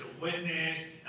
witness